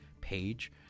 page